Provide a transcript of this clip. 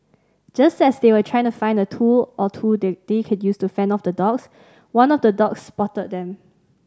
just as they were trying to find a tool or two that they could use to fend off the dogs one of the dogs spotted them